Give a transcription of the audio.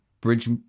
bridge